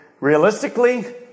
realistically